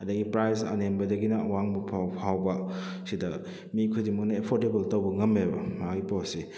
ꯑꯗꯨꯗꯒꯤ ꯄ꯭ꯔꯥꯏꯁ ꯑꯅꯦꯝꯕꯗꯒꯤꯅ ꯑꯋꯥꯡꯕ ꯐꯥꯎꯕ ꯁꯤꯗ ꯃꯤ ꯈꯨꯗꯤꯡꯃꯛꯅ ꯑꯦꯐꯣꯔꯗꯦꯕꯜ ꯇꯧꯕ ꯉꯝꯃꯦꯕ ꯃꯥꯒꯤ ꯄꯣꯠꯁꯦ